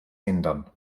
ändern